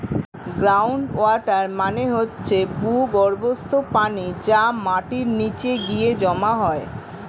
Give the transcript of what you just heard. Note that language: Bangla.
গ্রাউন্ড ওয়াটার মানে হচ্ছে ভূগর্ভস্থ পানি যা মাটির নিচে গিয়ে জমা হয়